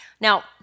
Now